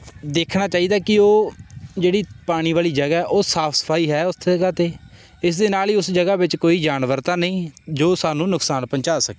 ਦੇਖਣਾ ਚਾਹੀਦਾ ਕਿ ਉਹ ਜਿਹੜੀ ਪਾਣੀ ਵਾਲੀ ਜਗ੍ਹਾ ਉਹ ਸਾਫ ਸਫਾਈ ਹੈ ਉੱਥੇ ਜਗ੍ਹਾ 'ਤੇ ਇਸ ਦੇ ਨਾਲ ਹੀ ਉਸ ਜਗ੍ਹਾ ਵਿੱਚ ਕੋਈ ਜਾਨਵਰ ਤਾ ਨਹੀਂ ਜੋ ਸਾਨੂੰ ਨੁਕਸਾਨ ਪਹੁੰਚਾ ਸਕੇ